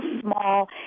small